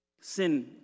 Sin